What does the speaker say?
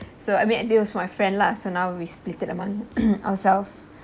so I mean idea's my friend lah so now we split it among ourselves